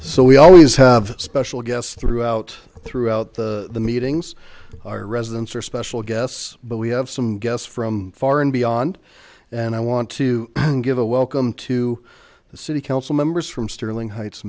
so we always have special guests throughout throughout the meetings our residents are special guests but we have some guests from far and beyond and i want to give a welcome to the city council members from sterling heights